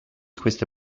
queste